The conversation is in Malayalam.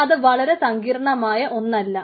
ഇത് വളരെ സങ്കീർണമായ ഒന്നല്ല